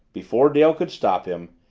before dale could stop him,